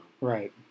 Right